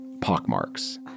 pockmarks